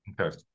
Okay